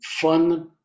fun